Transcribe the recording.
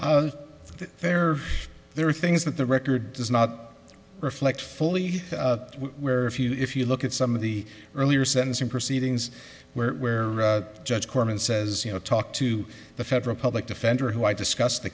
be fair there are things that the record does not reflect fully where if you if you look at some of the earlier sentencing proceedings where judge korman says you know talk to the federal public defender who i discussed the